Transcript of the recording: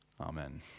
Amen